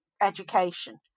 education